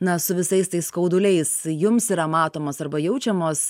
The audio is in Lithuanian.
na su visais tais skauduliais jums yra matomos arba jaučiamos